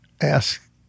ask